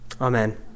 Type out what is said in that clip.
Amen